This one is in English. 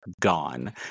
gone